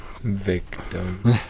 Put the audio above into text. victim